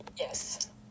Yes